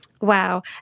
Wow